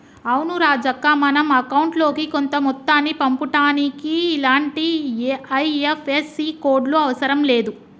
అవును రాజక్క మనం అకౌంట్ లోకి కొంత మొత్తాన్ని పంపుటానికి ఇలాంటి ఐ.ఎఫ్.ఎస్.సి కోడ్లు అవసరం లేదు